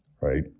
right